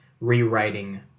rewriting